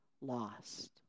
lost